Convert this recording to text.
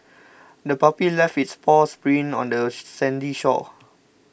the puppy left its paws prints on the sandy shore